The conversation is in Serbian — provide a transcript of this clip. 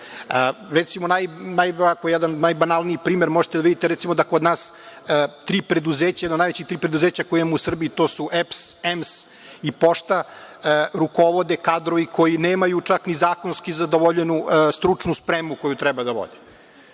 Recimo, najbanalniji primer možete videti kod nas, da najveća tri preduzeća koja imamo u Srbiji, a to su EPS, EMS i Pošta rukovode kadrovi koji nemaju čak ni zakonski zadovoljenu stručnu spremu koju treba da vode.